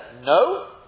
no